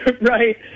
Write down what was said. Right